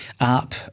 app